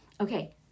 Okay